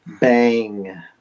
Bang